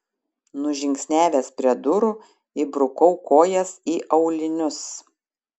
nužingsniavęs prie durų įbrukau kojas į aulinius